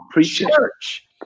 church